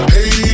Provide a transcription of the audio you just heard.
Hey